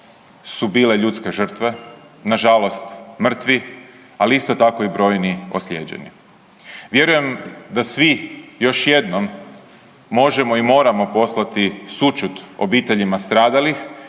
su bile ljudske žrtve, nažalost mrtvi, ali isto tako i brojni ozlijeđeni. Vjerujem da svi još jednom možemo i moramo poslati sućut obiteljima stradalih